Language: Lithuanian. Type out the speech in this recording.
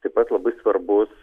taip pat labai svarbus